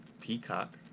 Peacock